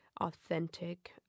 authentic